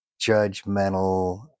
judgmental